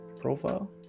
Profile